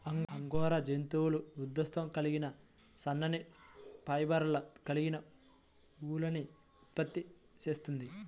angora జంతువు మృదుత్వం కలిగిన సన్నని ఫైబర్లు కలిగిన ఊలుని ఉత్పత్తి చేస్తుంది